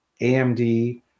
AMD